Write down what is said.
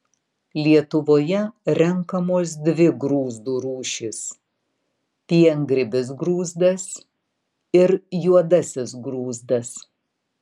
lietuvoje renkamos dvi grūzdų rūšys piengrybis grūzdas ir juodasis grūzdas